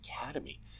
Academy